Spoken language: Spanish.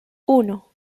uno